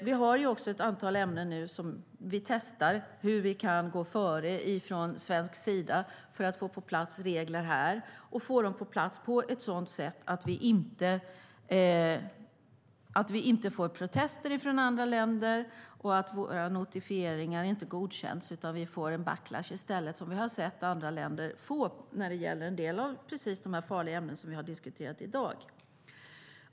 Vi har också ett antal ämnen där vi nu testar hur vi kan gå före från svensk sida för att få på plats regler på ett sådant sätt att vi inte får protester från andra länder; om våra notifieringar inte godkänns får vi en backlash i stället, som vi har sett andra länder få när det gäller en del av de farliga ämnen som vi har diskuterat i dag.